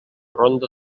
ronda